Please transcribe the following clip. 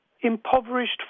impoverished